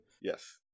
yes